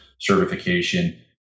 certification